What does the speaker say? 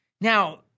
Now